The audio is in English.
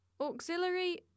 Auxiliary